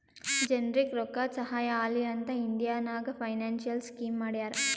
ಜನರಿಗ್ ರೋಕ್ಕಾದು ಸಹಾಯ ಆಲಿ ಅಂತ್ ಇಂಡಿಯಾ ನಾಗ್ ಫೈನಾನ್ಸಿಯಲ್ ಸ್ಕೀಮ್ ಮಾಡ್ಯಾರ